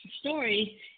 story